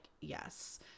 yes